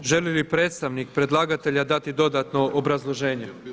Želi li predstavnik predlagatelja dati dodatno obrazloženje?